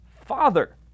Father